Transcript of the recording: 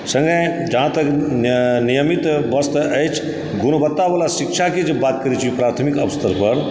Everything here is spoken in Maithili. सङ्गे जहाँ तक नियमित बस तऽ अछि गुणवत्तावला शिक्षाके जे बात करै छी प्राथमिक स्तरपर